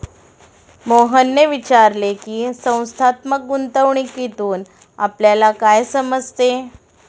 मोहनने विचारले की, संस्थात्मक गुंतवणूकीतून आपल्याला काय समजते?